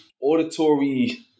Auditory